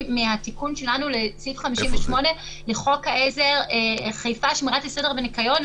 מהתיקון שלנו לסעיף 58 לחוק העזר חיפה (שמירת הסדר והניקיון),